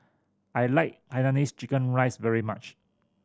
I like hainanese chicken rice very much